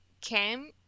came